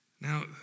Now